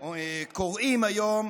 קוראים היום